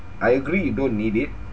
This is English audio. I agree you don't need it